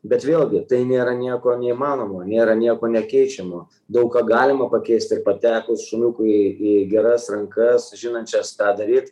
bet vėlgi tai nėra nieko neįmanomo nėra nieko nekeičiamo daug ką galima pakeist ir patekus šuniukui į geras rankas žinančias ką daryt